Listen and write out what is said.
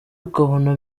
ukabona